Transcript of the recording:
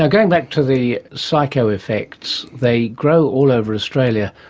ah going back to the psycho-effects. they grow all over australia.